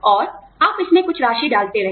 और आप इसमें कुछ राशि डालते रहें